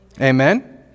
Amen